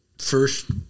First